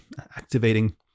activating